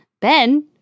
Ben